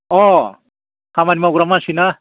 अह खामानि मावग्रा मानसि ना